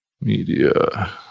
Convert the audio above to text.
media